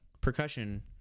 percussion